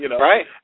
Right